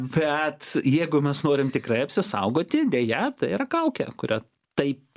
bet jeigu mes norim tikrai apsisaugoti deja tai yra kaukė kuria taip